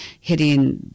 hitting